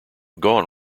gone